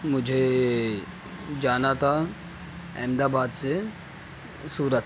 مجھے جانا تھا احمدآباد سے سورت